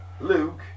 Luke